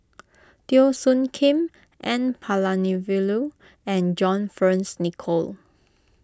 Teo Soon Kim N Palanivelu and John Fearns Nicoll